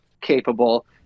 capable